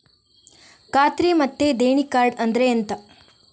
ಖಾತ್ರಿ ಮತ್ತೆ ದೇಣಿ ಕಾರ್ಡ್ ಅಂದ್ರೆ ಎಂತ?